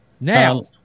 Now